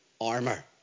armor